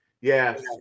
Yes